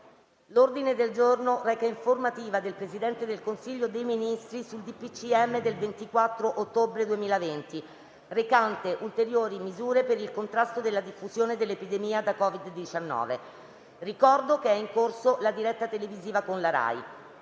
L'ordine del giorno reca: «Informativa del Presidente del Consiglio dei Ministri sul DPCM del 24 ottobre 2020, recante ulteriori misure per il contrasto della diffusione dell'epidemia da COVID-19». Ricordo che è in corso la diretta televisiva con la RAI.